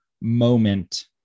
moment